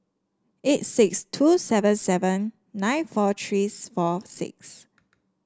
eight six two seven seven nine four three four six